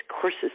course's